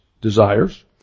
desires